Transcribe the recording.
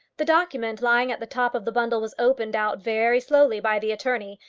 the document lying at the top of the bundle was opened out very slowly by the attorney,